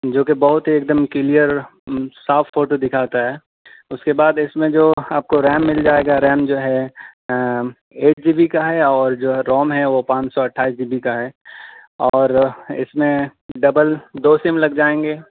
جوکہ بہت ہی ایک دم کلیئر صاف فوٹو دکھاتا ہے اس کے بعد اس میں جو آپ کو ریم مل جائے گا ریم جو ہے ایٹ جی بی کا ہے اور جو روم ہے وہ پانچ سو اٹھائیس جی بی کا ہے اور اس میں ڈبل دو سم لگ جائیں گے